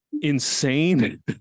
insane